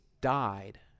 died